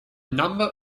number